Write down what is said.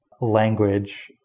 language